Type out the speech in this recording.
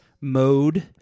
mode